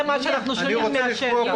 זה מה שאנחנו שומעים מהשטח.